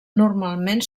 normalment